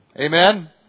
Amen